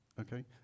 Okay